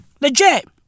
Legit